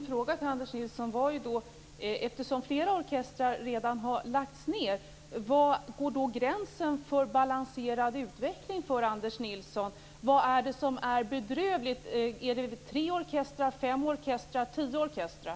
Fru talman! Eftersom flera orkestrar redan har lagts ned var min fråga till Anders Nilsson: Var går gränsen för en balanserad utveckling för Anders Nilsson? Vad är det som är bedrövligt? Är det tre orkestrar, fem orkestrar eller tio orkestrar?